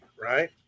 right